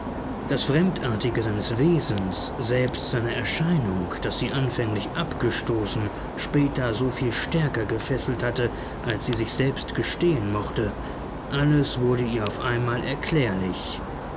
das fremdartige seines wesens selbst seiner erscheinung das sie anfänglich abgestoßen später so viel stärker gefesselt hatte als sie sich selbst gestehen mochte alles wurde ihr auf einmal erklärlich